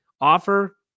Offer